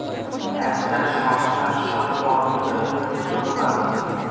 একটা সংস্থার সব কর্মচারীরা বেতন পাবে